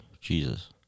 Jesus